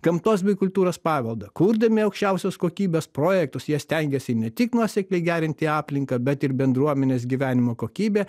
gamtos bei kultūros paveldą kurdami aukščiausios kokybės projektus jie stengiasi ne tik nuosekliai gerinti aplinką bet ir bendruomenės gyvenimo kokybę